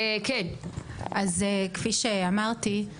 כן- אז כפי שאמרתי,